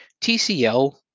TCL